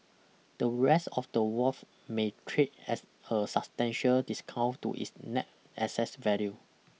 the rest of the Wharf may trade as a substantial discount to its net assess value